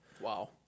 Wow